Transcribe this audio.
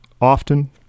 often